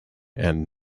and